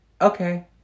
okay